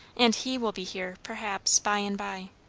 and he will be here, perhaps, by and by.